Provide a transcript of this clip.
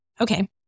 Okay